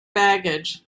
baggage